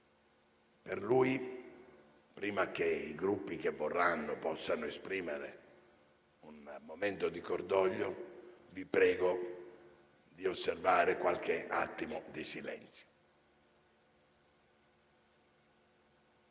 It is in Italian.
Per lui, prima che i Gruppi che lo vorranno possano esprimere un momento di cordoglio, vi prego di osservare un minuto di silenzio.